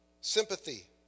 Sympathy